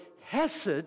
hesed